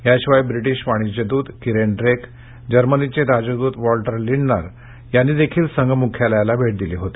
याशिवाय ब्रिटीश वाणिज्यद्त Kiren Drake जर्मनीचे राजद्त वॉल्टर लिंडनर यांनी देखील संघ मुख्यालयाला भेट दिली होती